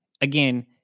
again